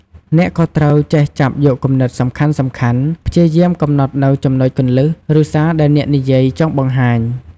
អ្នកក៍ត្រូវ ចេះចាប់យកគំនិតសំខាន់ៗ ព្យាយាមកំណត់នូវចំណុចគន្លឹះ ឬសារដែលអ្នកនិយាយចង់បង្ហាញ។